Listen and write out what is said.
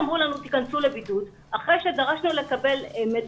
שיש כאן סוגיות כבדות משקל שעוד ידרשו גם בירור אחרי